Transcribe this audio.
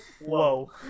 Whoa